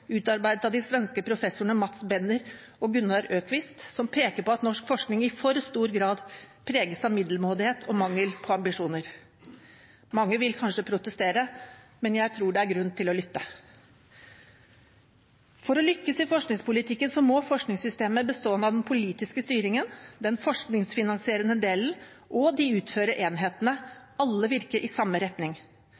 utarbeidet av de svenske professorene Mats Benner og Gunnar Öquist, som peker på at norsk forskning i for stor grad preges av middelmådighet og mangel på ambisjoner. Mange vil kanskje protestere, men jeg tror det er grunn til å lytte. For å lykkes i forskningspolitikken må forskningssystemet bestående av den politiske styringen, den forskningsfinansierende delen og de utførende enhetene alle virke i samme retning.